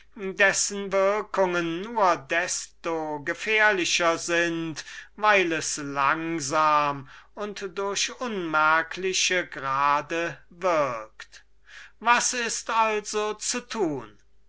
dessen würkungen nur desto gefährlicher sind weil es langsam und durch unmerkliche grade würkt was ist also zu tun